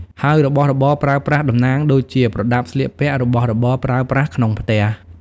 ហើយរបស់របរប្រើប្រាស់តំណាង ដូចជា ប្រដាប់ស្លៀកពាក់ របស់របរប្រើប្រាស់ក្នុងផ្ទះ។